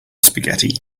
spaghetti